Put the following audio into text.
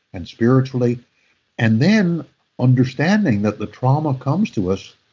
and spiritually and then understanding that the trauma comes to us,